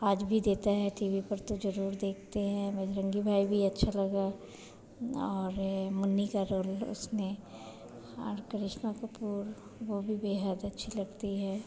आज भी देता है टी वी पर तो ज़रूर देखते हैं बजरंगी भाई भी अच्छी लगी और यह मुन्नी का रोल उसने और करिश्मा कपूर वह भी बेहद अच्छी लगती है